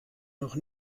noch